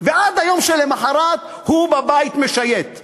ועד היום שלמחרת הוא משייט בבית,